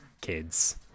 kids